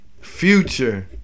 Future